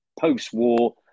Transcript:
post-war